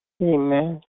Amen